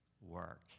work